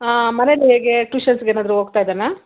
ಹಾಂ ಮನೇಲಿ ಹೇಗೆ ಟ್ಯೂಷನ್ಸ್ಗೇನಾದರೂ ಹೋಗ್ತಾಯಿದ್ದಾನಾ